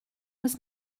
was